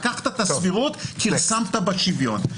לקחת את הסבירות כרסמת בשוויון.